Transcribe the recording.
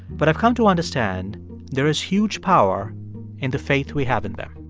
but i've come to understand there is huge power in the faith we have in them